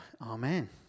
Amen